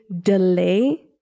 delay